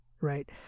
right